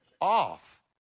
off